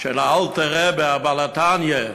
של האלטר-רעבע, בעל "התניא",